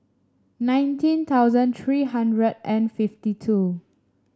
nineteen thousand three hundred and fifty two